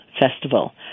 festival